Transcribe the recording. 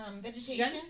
vegetation